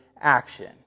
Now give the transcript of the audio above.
action